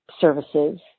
services